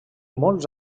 molts